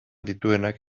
dituenak